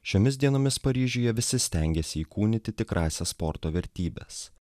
šiomis dienomis paryžiuje visi stengiasi įkūnyti tikrąsias sporto vertybes